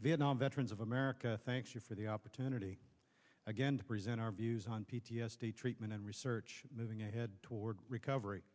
vietnam veterans of america thank you for the opportunity again to present our views on p t s d treatment and research moving ahead toward recovery